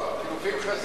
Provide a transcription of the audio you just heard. לא, חילופים חזרה.